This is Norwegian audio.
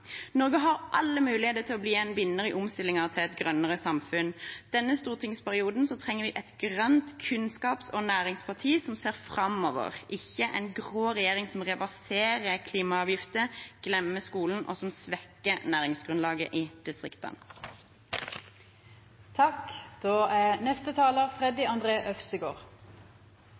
Norge har alle muligheter til å bli en vinner i omstillingen til et grønnere samfunn. I denne stortingsperioden trenger vi et grønt kunnskaps- og næringsparti som ser framover, ikke en grå regjering som reverserer klimaavgifter, glemmer skolen og svekker næringsgrunnlaget i distriktene.